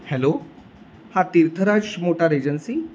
hello हा Tirthraj motor agency